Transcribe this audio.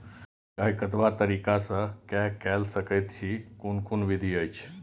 सिंचाई कतवा तरीका स के कैल सकैत छी कून कून विधि अछि?